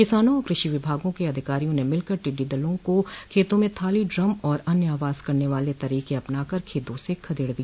किसानों और कृषि विभाग के अधिकारियों ने मिलकर टिड्डी दल को खेतों में थाली ड्रम और अन्य आवाज करने वाले तरीके अपनाकर खेतों से खदेड़ दिया